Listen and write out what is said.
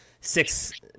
six